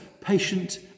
patient